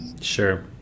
Sure